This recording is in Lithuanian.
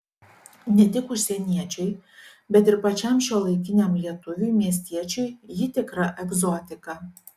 ne tik užsieniečiui bet ir pačiam šiuolaikiniam lietuviui miestiečiui ji tikra egzotika